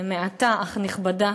מעטה אך נכבדה,